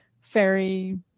fairy